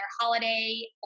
holiday